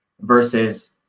versus